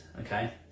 okay